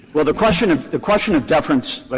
well, the question of the question of deference, but